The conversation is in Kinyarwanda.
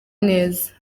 neza